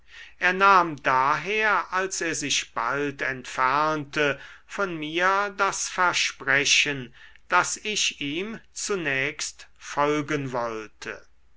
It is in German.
er nahm daher als er sich bald entfernte von mir das versprechen daß ich ihm zunächst folgen wollte